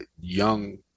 young